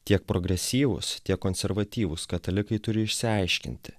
tiek progresyvūs tiek konservatyvūs katalikai turi išsiaiškinti